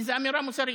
כי זו אמירה מוסרית,